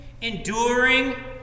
Enduring